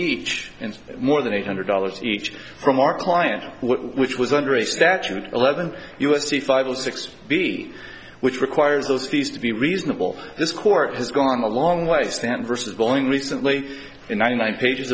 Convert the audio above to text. and more than eight hundred dollars each from our client which was under a statute eleven u s c five zero six b which requires those fees to be reasonable this court has gone a long ways than versus going recently in ninety nine pages